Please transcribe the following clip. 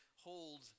hold